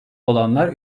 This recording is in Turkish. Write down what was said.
olanlar